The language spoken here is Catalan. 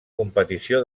competició